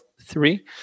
three